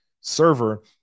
server